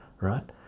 right